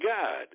God